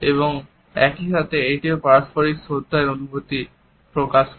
এবং একই সাথে এটিও পারস্পরিক শ্রদ্ধার অনুভূতি প্রকাশ করে